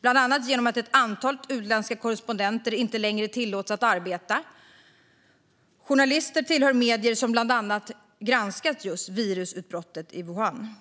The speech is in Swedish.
Bland annat tillåts inte längre ett antal utländska korrespondenter arbeta. Journalisterna tillhör medier som bland annat har granskat just virusutbrottet i Wuhan.